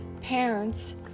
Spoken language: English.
parents